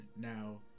Now